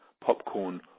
popcorn